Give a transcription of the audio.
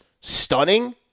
stunning